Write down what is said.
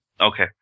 Okay